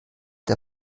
der